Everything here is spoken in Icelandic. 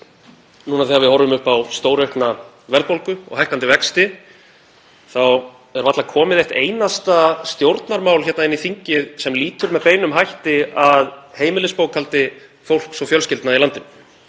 núna þegar við horfum upp á stóraukna verðbólgu og hækkandi vexti þá er varla komið eitt einasta stjórnarmál hingað inn í þingið sem lýtur með beinum hætti að heimilisbókhaldi fólks og fjölskyldna í landinu,